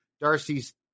Darcy's